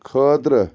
خٲطرٕ